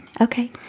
okay